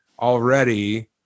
already